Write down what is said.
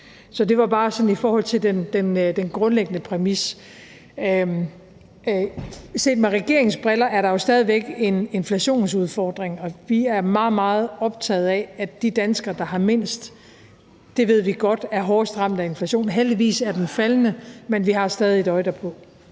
Det var bare en kommentar til den grundlæggende præmis. Set med regeringens briller er der jo stadig væk en inflationsudfordring, og vi ved godt og er meget optaget af, at de danskere, der har mindst, er hårdest ramt af inflationen. Heldigvis er den faldende, men vi har stadig væk et øje derpå.